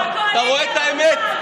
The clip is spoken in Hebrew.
חבר הכנסת יואב,